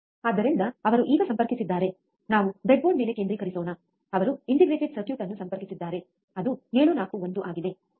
ಆದ್ದರಿಂದ ಅವರು ಈಗ ಸಂಪರ್ಕಿಸಿದ್ದಾರೆ ನಾವು ಬ್ರೆಡ್ಬೋರ್ಡ್ ಮೇಲೆ ಕೇಂದ್ರೀಕರಿಸೋಣ ಅವರು ಇಂಟಿಗ್ರೇಟೆಡ್ ಸರ್ಕ್ಯೂಟ್ ಅನ್ನು ಸಂಪರ್ಕಿಸಿದ್ದಾರೆ ಅದು 741 ಆಗಿದೆ ಸರಿ